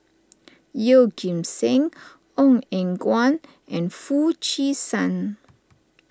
Yeoh Ghim Seng Ong Eng Guan and Foo Chee San